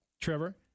Trevor